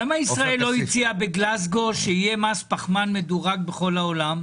למה ישראל לא הציעה בגלזגו שיהיה מס פחמן מדורג בכל העולם?